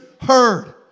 heard